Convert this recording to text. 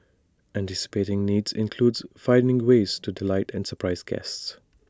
anticipating needs includes finding ways to delight and surprise guests